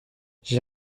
j’ai